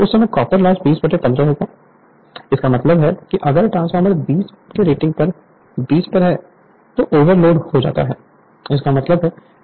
तो उस समय कॉपर लॉस 2015 होगी इसका मतलब है कि अगर ट्रांसफार्मर 20 पर रेटिंग 20 पर है तो ओवरलोड हो जाता है इसका मतलब है कि ट्रांसफार्मर अतिभारित है